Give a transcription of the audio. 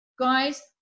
Guys